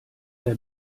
der